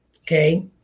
Okay